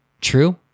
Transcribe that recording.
true